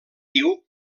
diu